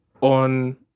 On